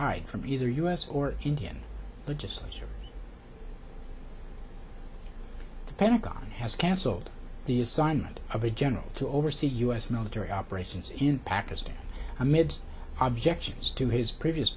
hide from either us or indian legislators or the pentagon has cancelled the assignment of a general to oversee u s military operations in pakistan amidst objects as to his previous